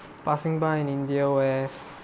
passing by in india where